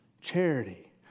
charity